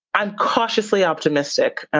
i'm cautiously optimistic. and